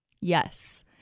Yes